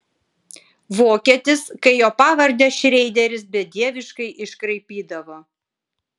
vokietis kai jo pavardę šreideris bedieviškai iškraipydavo